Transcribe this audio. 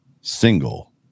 single